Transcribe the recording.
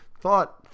thought